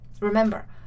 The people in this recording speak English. Remember